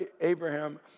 Abraham